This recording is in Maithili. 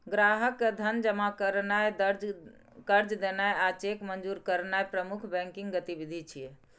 ग्राहक के धन जमा करनाय, कर्ज देनाय आ चेक मंजूर करनाय प्रमुख बैंकिंग गतिविधि छियै